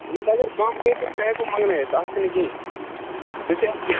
نہَ حظ اگر کَم پیٚیہِ تہٕ سُہ ہیٚکو منٛگنٲوِتھ تتھ چھِنہٕ کِہیٖنۍ سُہ چھِ اَسہِ